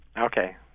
Okay